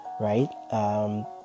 right